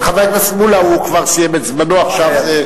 חבר הכנסת מולה, הוא כבר סיים את זמנו עכשיו.